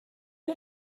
این